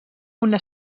una